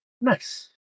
nice